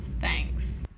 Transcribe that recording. Thanks